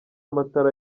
amatara